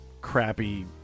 crappy